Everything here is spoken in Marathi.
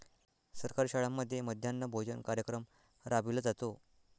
सरकारी शाळांमध्ये मध्यान्ह भोजन कार्यक्रम राबविला जातो